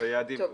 והיעדים כמובן.